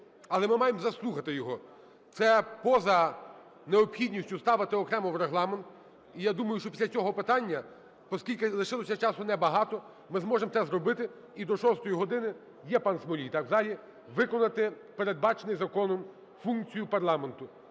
але ми маємо заслухати його. Це поза необхідністю ставити окремо в Регламент. І я думаю, що після цього питання, поскільки лишилося часу небагато, ми зможемо це зробити і до 6-ї години, є пан Смолій, так, в залі, виконати передбачену законом функцію парламенту.